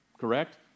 Correct